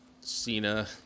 Cena